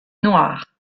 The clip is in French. noires